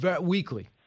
weekly